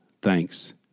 Thanks